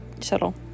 shuttle